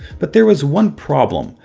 but there was one problem,